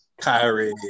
Kyrie